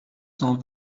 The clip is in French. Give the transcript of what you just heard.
cent